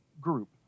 group